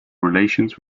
relations